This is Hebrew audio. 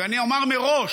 ואני אומר מראש